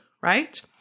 right